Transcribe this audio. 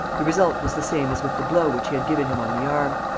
the result was the same as with the blow which he had given him on the arm.